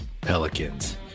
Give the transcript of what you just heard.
Pelicans